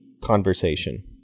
conversation